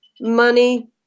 money